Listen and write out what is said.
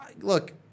look